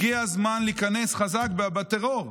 הגיע הזמן להיכנס חזק בטרור.